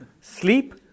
Sleep